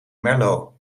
merlot